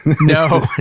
no